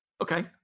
Okay